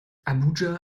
abuja